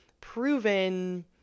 proven